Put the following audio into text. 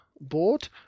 board